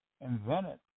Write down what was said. invented